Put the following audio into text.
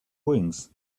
wings